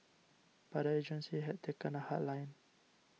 but the agency has taken a hard line